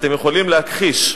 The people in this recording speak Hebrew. אתם יכולים להכחיש.